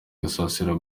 gasasira